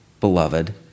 beloved